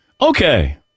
Okay